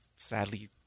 Sadly